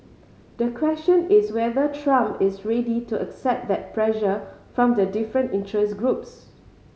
the question is whether Trump is ready to accept that pressure from the different interest groups